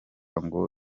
ngo